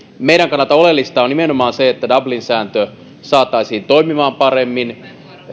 meidän kannaltamme oleellista on nimenomaan se että dublin sääntö saataisiin toimimaan paremmin